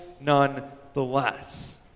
nonetheless